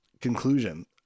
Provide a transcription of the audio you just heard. conclusion